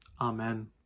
Amen